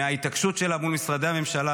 מההתעקשות שלה מול משרדי הממשלה,